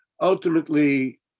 ultimately